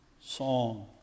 song